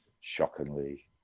shockingly